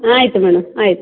ಆಯಿತು ಮೇಡಮ್ ಆಯಿತು